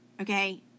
Okay